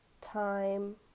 time